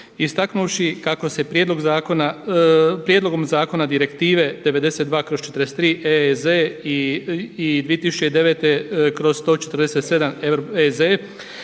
istaknuvši kako se prijedlogom zakona Direktive 92/43 EEZ i 2009/147 EZ